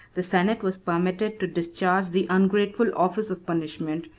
the senate was permitted to discharge the ungrateful office of punishment,